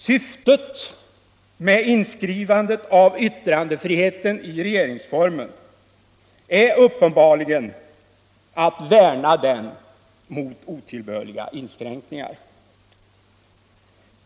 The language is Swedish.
Syftet med inskrivandet av yttrandefriheten i regeringsformen är uppenbarligen att värna denna frihet mot otillbörliga inskränkningar.